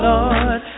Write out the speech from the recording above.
Lord